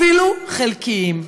אפילו חלקיים.